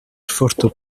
forto